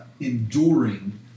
enduring